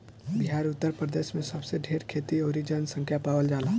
बिहार उतर प्रदेश मे सबसे ढेर खेती अउरी जनसँख्या पावल जाला